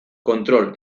kontrol